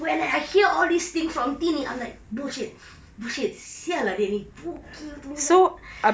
when I hear all these things from tini I'm like bullshit bullshit [sial] lah dia ni puki betul budak